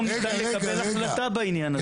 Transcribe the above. ניתן לקבל החלטה בעניין הזה.